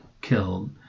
killed